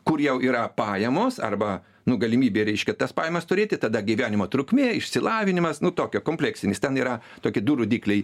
kur jau yra pajamos arba nu galimybė reiškia tas pajamas turėti tada gyvenimo trukmė išsilavinimas nu tokio kompleksinis ten yra tokie du rodikliai